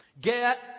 Get